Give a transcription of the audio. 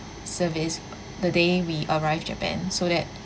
service the day we arrived japan so that